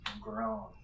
grown